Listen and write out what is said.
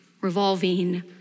revolving